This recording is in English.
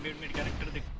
many enigmatic